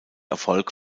erfolg